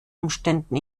umständen